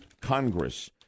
Congress